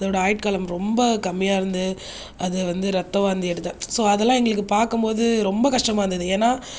அதோடய ஆயுட்காலம் ரொம்ப கம்மியாக இருந்து அது வந்து இரத்த வாந்தி எடுத்து ஸோ அதெல்லாம் எங்களுக்கு பார்க்கும்போது ரொம்ப கஷ்டமாக இருந்தது ஏன்னால்